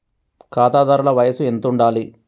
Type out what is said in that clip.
ఖాతాదారుల వయసు ఎంతుండాలి?